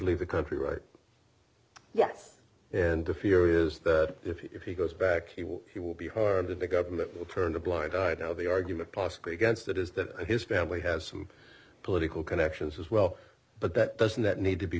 leave the country right yes and the fear is that if he goes back he will he will be harmed and the government will turn a blind eye now the argument possibly against that is that his family has some political connections as well but that doesn't that need to be